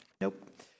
Nope